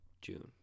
june